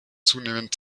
zunehmend